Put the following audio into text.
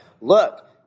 look –